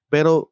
Pero